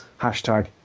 hashtag